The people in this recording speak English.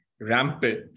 rampant